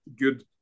good